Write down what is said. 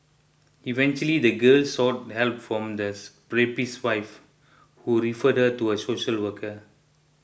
eventually the girl sought help from this rapist's wife who referred her to a social worker